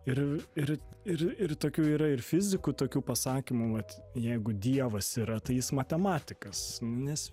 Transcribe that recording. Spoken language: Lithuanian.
ir ir ir ir tokių yra ir fizikų tokių pasakymų vat jeigu dievas yra tai jis matematikas nes